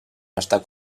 estar